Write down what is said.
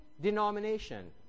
denomination